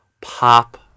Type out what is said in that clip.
pop